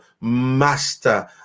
master